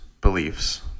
beliefs